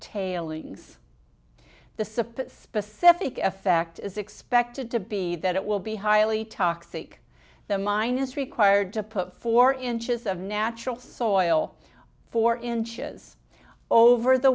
tailings the supply specific effect is expected to be that it will be highly toxic the minus required to put four inches of natural soil four inches over the